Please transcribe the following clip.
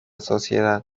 sociedad